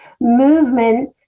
movement